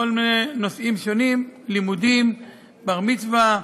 בכל מיני נושאים: לימודים, בר מצווה,